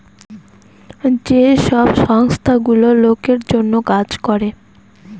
যে সব সংস্থা গুলো লোকের জন্য কাজ করে